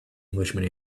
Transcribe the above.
englishman